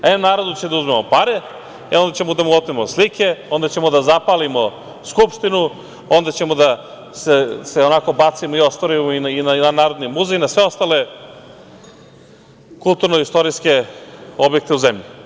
E, narodu ćemo da uzmemo pare, e onda ćemo da mu otmemo slike, onda ćemo da zapalimo Skupštinu, onda ćemo da se bacimo i na Narodni muzej i na sve ostale kulturno-istorijske objekte u zemlji.